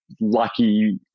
lucky